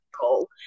goal